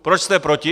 Proč jste proti?